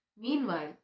Meanwhile